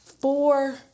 four